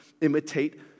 imitate